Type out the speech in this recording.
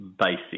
basic